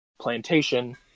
plantation